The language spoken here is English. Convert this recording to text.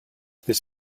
this